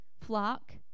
flock